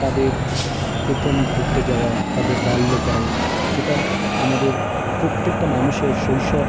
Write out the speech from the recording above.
তাদের প্রথম ঘুরতে যাওয়া তাদের বাল্যকাল যেটা আমাদের প্রত্যেকটা মানুষের শৈশব